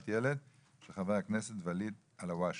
ילד) של חברי הכנסת ואליד אלהאושלה.